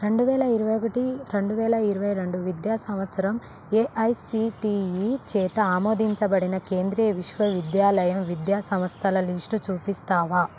రెండు వేల ఇరవై ఒకటి రెండు వేల ఇరవై రెండు విద్యా సంవత్సరం ఏఐసిటిఈ చేత ఆమోదించబడిన కేంద్రీయ విశ్వవిద్యాలయం విద్యా సంస్థల లిస్టు చూపిస్తావా